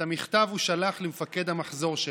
את המכתב הוא שלח למפקד המחזור שלו,